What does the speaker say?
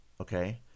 Okay